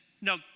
No